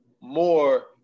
more